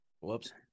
whoops